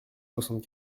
soixante